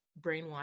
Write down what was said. brainwashed